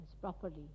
properly